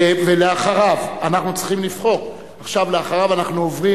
אחריו אנחנו עוברים,